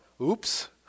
Oops